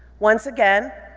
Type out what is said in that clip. once again,